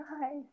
guys